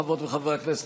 חברות וחברי הכנסת,